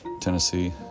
Tennessee